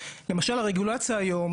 למשל היום,